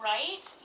Right